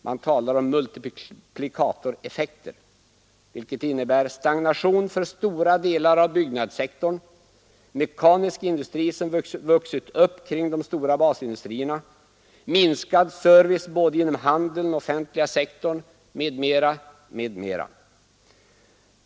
Man talar om multiplikatoreffekter, vilket innebär stagnation för stora delar av byggnadssektorn och den mekaniska industri som vuxit upp kring de stora basindustrierna, minskad service både inom handeln och offentliga sektorn m.m.